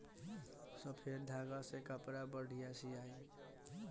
सफ़ेद धागा से कपड़ा बढ़िया सियाई